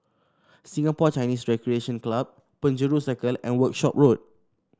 Singapore Chinese Recreation Club Penjuru Circle and Workshop Road